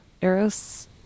Eros